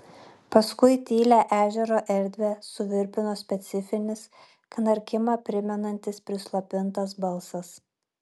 paskui tylią ežero erdvę suvirpino specifinis knarkimą primenantis prislopintas balsas